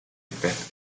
but